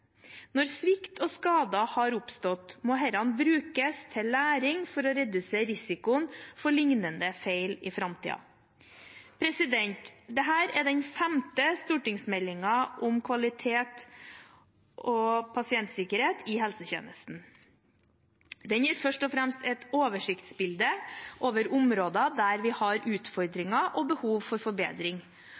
Når svikt og skader har oppstått, må disse brukes til læring for å redusere risikoen for lignende feil i framtiden. Dette er den femte stortingsmeldingen om kvalitet og pasientsikkerhet i helsetjenesten. Den gir først og fremst et oversiktsbilde over områder der vi har utfordringer og behov for forbedring,